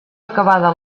acabada